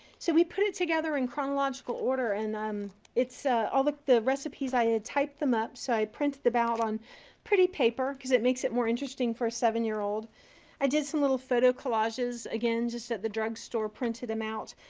so we put it together in chronological order and ah um it's ah all the the recipes. i had typed them up so i printed them out on pretty paper because it makes it more interesting for a seven-year-old. i did some little photo collages, again just at the drugstore, printed them out,